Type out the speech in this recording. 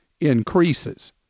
increases